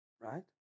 right